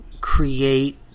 create